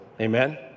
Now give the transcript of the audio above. Amen